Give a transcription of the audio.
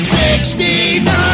69